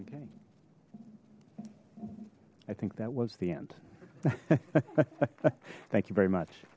i think that was the end thank you very much